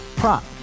prop